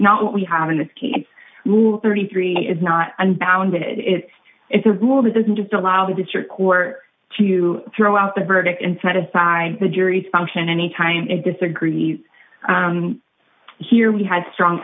not what we have in this case it's rule thirty three is not unbounded it is a rule that doesn't just allow the district court to throw out the verdict and satisfy the jury's function any time it disagrees here we had strong